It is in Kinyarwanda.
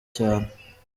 cyane